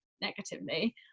negatively